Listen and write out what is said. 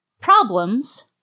Problems